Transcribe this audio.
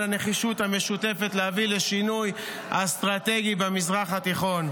הנחישות המשותפת להביא לשינוי אסטרטגי במזרח התיכון.